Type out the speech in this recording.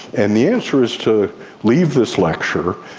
and the answer is to leave this lecture,